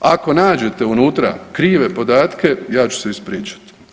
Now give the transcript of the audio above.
Ako nađete unutra krive podatke, ja ću se ispričati.